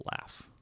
laugh